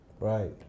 Right